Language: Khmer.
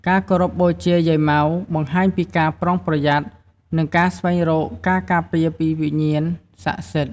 ការគោរពបូជាយាយម៉ៅបង្ហាញពីការប្រុងប្រយ័ត្ន និងការស្វែងរកការការពារពីវិញ្ញាណស័ក្តិសិទ្ធិ។